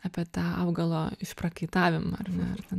apie tą augalo išprakaitavimą ar ne ar ten